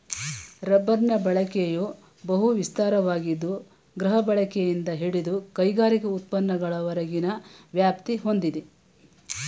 ರಬ್ಬರ್ನ ಬಳಕೆಯು ಬಹು ವಿಸ್ತಾರವಾಗಿದ್ದು ಗೃಹಬಳಕೆಯಿಂದ ಹಿಡಿದು ಕೈಗಾರಿಕಾ ಉತ್ಪನ್ನಗಳವರೆಗಿನ ವ್ಯಾಪ್ತಿ ಹೊಂದಿದೆ